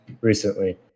Recently